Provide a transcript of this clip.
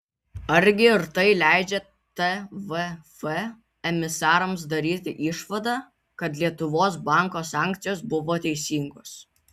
argi ir tai leidžia tvf emisarams daryti išvadą kad lietuvos banko sankcijos buvo teisingos